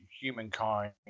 humankind